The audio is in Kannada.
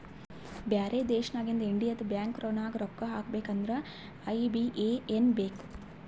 ಬ್ಯಾರೆ ದೇಶನಾಗಿಂದ್ ಇಂಡಿಯದು ಬ್ಯಾಂಕ್ ನಾಗ್ ರೊಕ್ಕಾ ಹಾಕಬೇಕ್ ಅಂದುರ್ ಐ.ಬಿ.ಎ.ಎನ್ ಬೇಕ್